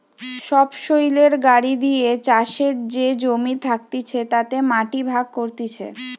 সবসৈলের গাড়ি দিয়ে চাষের যে জমি থাকতিছে তাতে মাটি ভাগ করতিছে